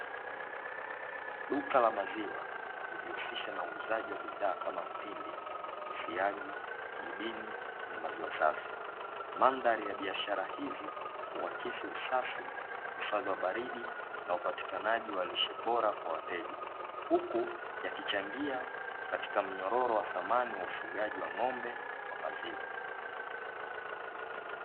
Duka la maziwa ujiusisha a uuzaji na bidhaa kama mtindi, siagi, jibini na maziwa safi mandhari ya biashara hiziHakisi usafi na ubaridi na upatikanaji wa lishe bora kwa wateja huku yakichangia katika mnyororo wa samani ya ufugaji wa ng'ombe wa maziwa.